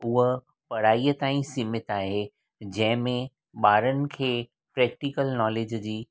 उहा पढ़ाईअ ताईं सीमित आहे जंहिंमें ॿारनि खे प्रेक्टीकल नॉलेज जी